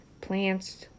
plants